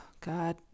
God